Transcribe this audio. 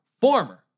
former